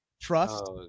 trust